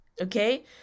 Okay